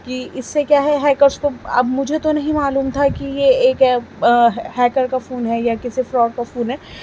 کہ اس سے کیا ہے ہیکرس کو اب مجھے تو نہیں معلوم تھا کہ یہ ایک ہیکر کا فون ہے یا کسی فراڈ کا فون ہے